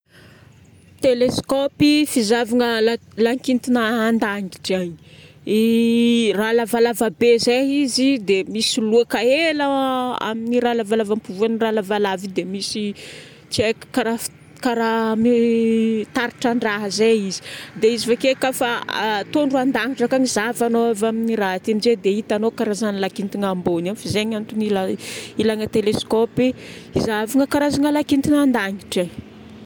Teleskôpy fizahavagna lakintana an-dangitra agny. Iiii raha lavalava be zay izy dia misy loaka hely amin'ny raha lavalava ampovoan'ny raha lavalava io dia misy tsy haiko karaha f- karaha mitaratra an-draha zay izy. Dia izy vake kafa atondro an-dangitra kao izahavagnao avy amin'ny raha ty dia hitanao karazagn'ny lakintana ambony ao f'izay no antony ila- ilagna teleskôpy izahavagna karazagna lakintana an-dangitra.